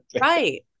Right